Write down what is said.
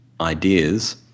ideas